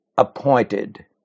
appointed